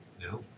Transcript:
No